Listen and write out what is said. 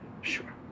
sure